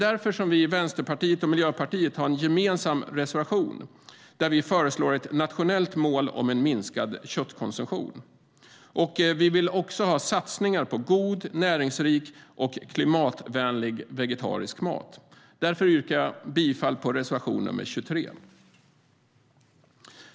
Därför har Vänsterpartiet och Miljöpartiet en gemensam reservation där vi föreslår ett nationellt mål för en minskad köttkonsumtion. Vi vill också ha satsningar på god, näringsrik och klimatvänlig vegetarisk mat. Jag yrkar därför bifall till reservation nr 23.